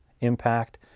impact